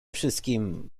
wszystkim